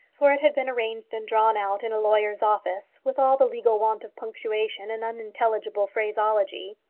for it had been arranged and drawn out in a lawyer's office, with all the legal want of punctuation and unintelligible phraseology.